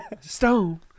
Stone